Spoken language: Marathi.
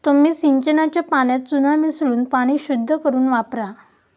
तुम्ही सिंचनाच्या पाण्यात चुना मिसळून पाणी शुद्ध करुन वापरा